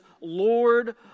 Lord